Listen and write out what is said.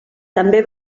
també